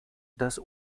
dass